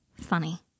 Funny